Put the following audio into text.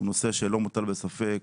הוא נושא שלא מוטל בספק.